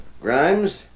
Grimes